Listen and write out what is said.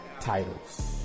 titles